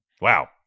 Wow